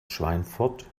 schweinfurt